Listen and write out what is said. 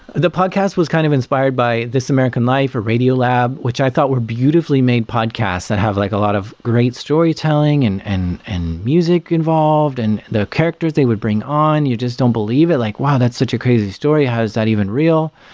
the podcast was kind of inspired by this american life, or radio lab, which i thought were beautifully made podcasts that have like a lot of great storytelling and and and music involved and the characters they would bring on. you just don't believe it. like, wow! that's such a crazy story. how's that even real?